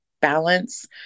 balance